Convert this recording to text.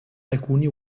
alcuni